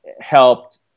helped